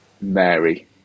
Mary